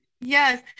yes